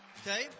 Okay